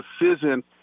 decision